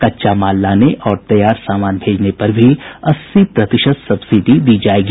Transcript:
कच्चा माल लाने और तैयार सामान भेजने पर भी अस्सी प्रतिशत सब्सिडी दी जायेगी